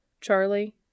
Charlie